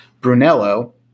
Brunello